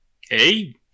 hey